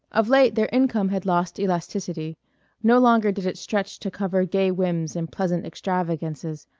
of late their income had lost elasticity no longer did it stretch to cover gay whims and pleasant extravagances,